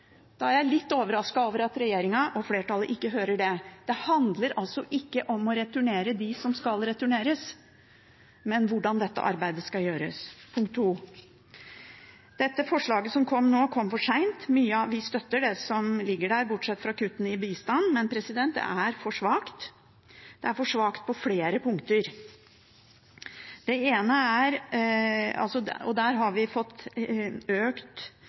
Da er jeg litt overrasket over at regjeringen og flertallet ikke hører det. Det handler altså ikke om å returnere dem som skal returneres, men om hvordan dette arbeidet skal gjøres. Punkt to: Dette forslaget, som kom nå, kom for seint. Vi støtter det som ligger der – bortsett fra kuttene i bistand – men det er for svakt. Det er for svakt på flere punkter.